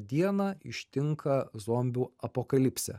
dieną ištinka zombių apokalipsė